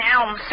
Elm